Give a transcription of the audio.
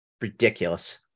ridiculous